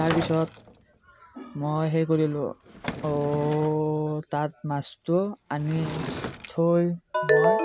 তাৰপিছত মই হেৰি কৰিলোঁ অ' তাত মাছটো আনি থৈ মই